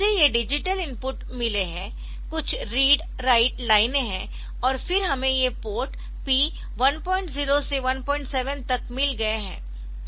इसे ये digital input मिले है कुछ रीड राइट लाइनें है और फिर हमें ये पोर्ट P10 से 17 तक मिल गए है